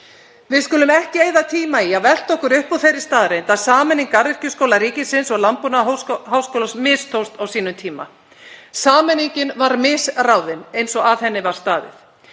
Við skulum ekki eyða tíma í að velta okkur upp úr þeirri staðreynd að sameining Garðyrkjuskóla ríkisins og Landbúnaðarháskólans mistókst á sínum tíma. Sameiningin var misráðin eins og að henni var staðið.